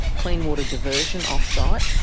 clean water diversion off-site,